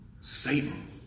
Satan